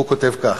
הוא כותב כך: